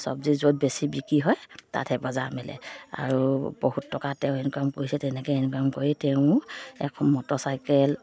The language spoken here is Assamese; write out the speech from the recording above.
চব্জি য'ত বেছি বিক্ৰী হয় তাতহে বজাৰ মেলে আৰু বহুত টকা তেওঁ ইনকাম কৰিছে তেনেকৈ ইনকাম কৰি তেওঁ এখন মটৰচাইকেল